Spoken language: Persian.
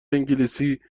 انگلیسیزبان